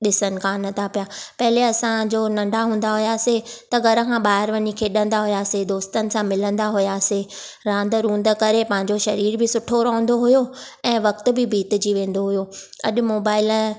ॾिसणु कोन था पिया पहिरियों असांजो नंढा हूंदा हुयासे त घर सां ॿाहिर वञी खेॾंदा हुआसीं दोस्तनि सां मिलंदा हुआसीं रांदि रुंद करे पंहिंजो शरीर बि सुठो रहंदो हो ऐं वक़्त बि बीतजी वेंदो हुओ अॼु मोबाइल जे